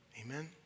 Amen